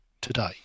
today